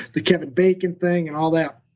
the kevin bacon thing and all that.